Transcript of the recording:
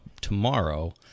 tomorrow